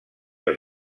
els